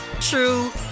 true